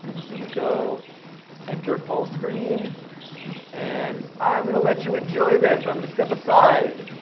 and let's go enter full screen and i'm going to let you enjoy this, i'm going to step aside.